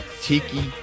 tiki